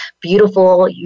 beautiful